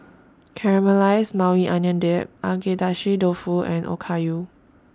Caramelized Maui Onion Dip Agedashi Dofu and Okayu